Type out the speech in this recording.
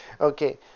Okay